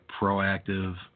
proactive